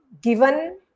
given